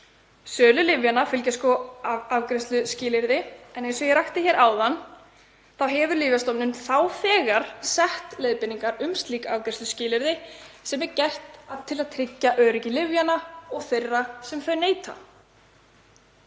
Sölu lyfjanna fylgja afgreiðsluskilyrði en eins og ég rakti hér áðan hefur Lyfjastofnun þá þegar sett leiðbeiningar um slík afgreiðsluskilyrði sem er gert til að tryggja öryggi lyfjanna og þeirra sem þeirra neyta.